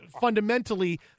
fundamentally